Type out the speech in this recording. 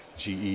GE